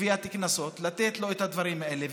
לגביית קנסות את הדברים האלה,